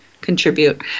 contribute